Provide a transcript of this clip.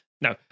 No